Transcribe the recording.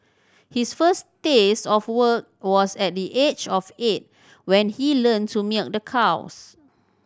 his first taste of work was at the age of eight when he learned to milk the cows